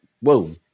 whoa